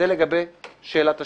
זה לגבי שאלת השוויון.